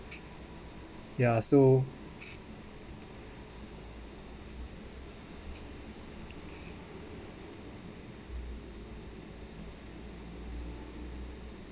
ya so